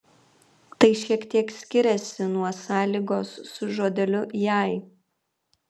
tai šiek tiek skiriasi nuo sąlygos su žodeliu jei